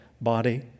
body